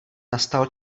nastal